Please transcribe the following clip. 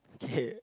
okay